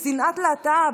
שנאת להט"ב?